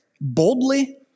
Boldly